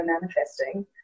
manifesting